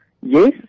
Yes